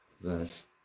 verse